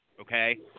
Okay